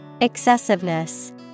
Excessiveness